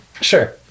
Sure